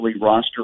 roster